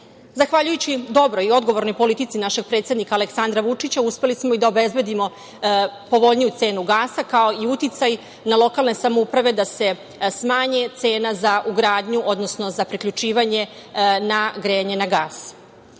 vazduha. Zahvaljujući dobroj i dogovornoj politici našeg predsednika Aleksandra Vučića uspeli smo da obezbedimo povoljniju cenu gasa, kao i uticaj na lokalne samouprave da se smanji cena za ugradnju, odnosno za priključivanje na grejanje na